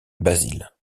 basile